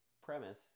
premise